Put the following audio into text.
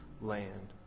land